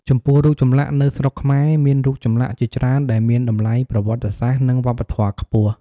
ចំពោះរូបចម្លាក់នៅស្រុកខ្មែរ មានរូបចម្លាក់ជាច្រើនដែលមានតម្លៃប្រវត្តិសាស្ត្រ និងវប្បធម៌ខ្ពស់។